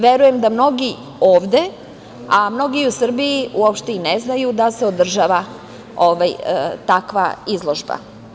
Verujem da mnogi ovde, a mnogi i u Srbiji uopšte i ne znaju da se održava takva izložba.